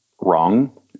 wrong